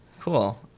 Cool